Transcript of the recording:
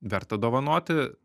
verta dovanoti